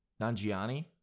Nanjiani